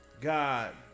God